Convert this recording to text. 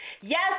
Yes